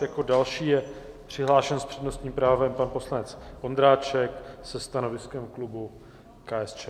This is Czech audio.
Jako další je přihlášen s přednostním právem pan poslanec Ondráček se stanoviskem klubu KSČM.